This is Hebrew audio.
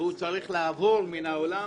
שהוא אנטי-דמוקרטי,